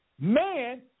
Man